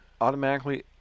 automatically